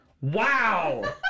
Wow